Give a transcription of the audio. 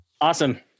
Awesome